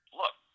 look